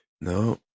no